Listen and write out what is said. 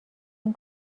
این